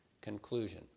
conclusion